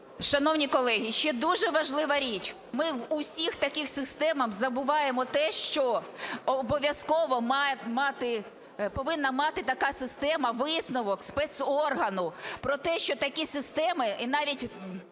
Шановні колеги! Ще дуже важлива річ. Ми у всіх таких системах забуваємо те, що обов'язково повинна мати така система висновок спецоргану про те, що такі системи і навіть